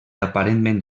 aparentment